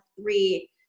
three